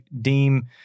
deem